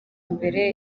mbere